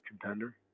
contender